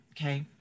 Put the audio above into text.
okay